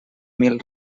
mil